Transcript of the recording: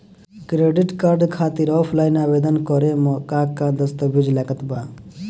Credit card खातिर offline आवेदन करे म का का दस्तवेज लागत बा?